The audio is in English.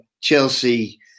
chelsea